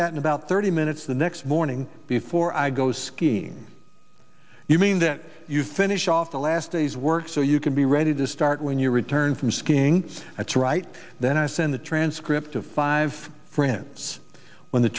that in about thirty minutes the next morning before i go skiing you mean that you finish off the last day's work so you can be ready to start when you return from skiing that's right then i send a transcript of five friends when the